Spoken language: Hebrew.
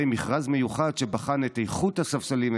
מכרז מיוחד שבחן את איכות הספסלים,